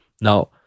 Now